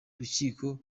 rukiko